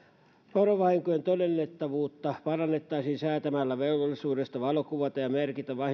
porovahinkojen todennettavuutta parannettaisiin säätämällä velvollisuudesta valokuvata ja merkitä